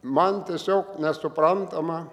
man tiesiog nesuprantama